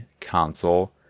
console